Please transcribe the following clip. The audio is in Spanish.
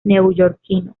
neoyorquino